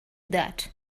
that